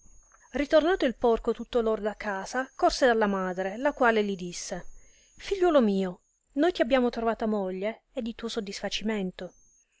ritornato il porco tutto lordo a casa corse alla madre la quale li disse figliuolo mio noi ti abbiamo trovata moglie e di tuo sodi sfacimento